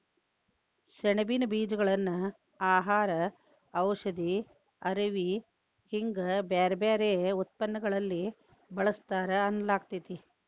ಸೆಣಬಿನ ಬೇಜಗಳನ್ನ ಆಹಾರ, ಔಷಧಿ, ಅರವಿ ಹಿಂಗ ಬ್ಯಾರ್ಬ್ಯಾರೇ ಉತ್ಪನ್ನಗಳಲ್ಲಿ ಬಳಸ್ತಾರ ಅನ್ನಲಾಗ್ತೇತಿ